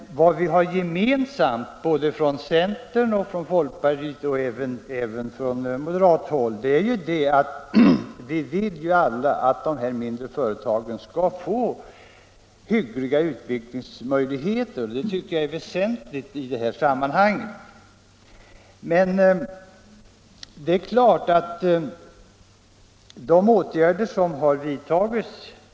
Vad vi har gemensamt med centern och även med moderaterna är att vi önskar att de mindre företagen skall få hyggliga utvecklingsmöjligheter. Det tycker jag är väsentligt i sammanhanget. Det är klart att en del åtgärder har vidtagits.